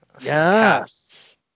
Yes